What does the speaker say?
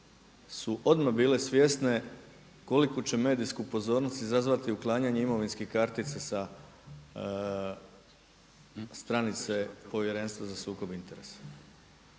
su odmah bile svjesne koliku će medijsku pozornost izazvati uklanjanje imovinskih kartica sa stranice Povjerenstva za sukob interesa.